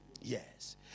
Yes